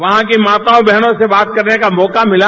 वहां कीमाताओं बहनों से बात करने का मौका भिला